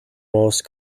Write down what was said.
most